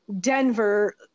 Denver